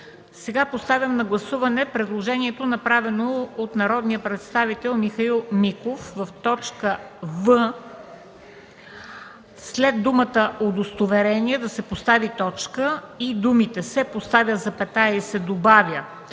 Поставям на гласуване предложението, направено от народния представител Михаил Миков: в т. „в” след думата „удостоверения” да се постави точка и думите „се поставя, и се добавя